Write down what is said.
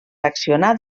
accionar